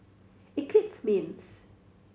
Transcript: Eclipse Mints